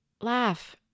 laugh